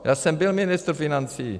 Já jsem byl ministr financí.